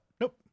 Nope